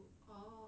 oh